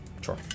Sure